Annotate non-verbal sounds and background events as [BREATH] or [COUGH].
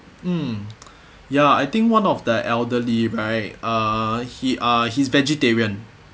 mm [BREATH] ya I think one of the elderly right uh he uh he's vegetarian